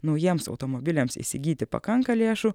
naujiems automobiliams įsigyti pakanka lėšų